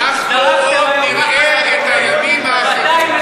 אנחנו עוד נראה את הימים האחרים.